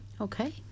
Okay